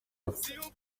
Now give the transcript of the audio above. hafi